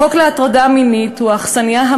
החוק למניעת הטרדה מינית הוא האכסניה המתאימה,